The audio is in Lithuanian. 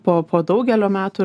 po po daugelio metų ir